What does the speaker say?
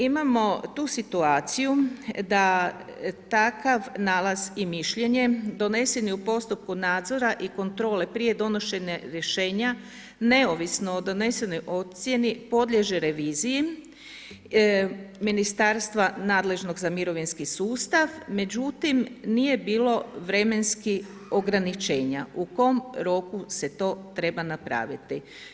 Imamo tu situaciju da takav nalaz i mišljenje donesen je u postupku nadzora i kontrola prije donošenje rješenja, neovisno o donesenoj ocjeni podliježi reviziji ministarstva nadležnog za mirovinski sustav, međutim, nije bilo vremenskog ograničenja, u kojem roku se to treba napraviti.